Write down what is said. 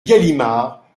galimard